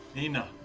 nina,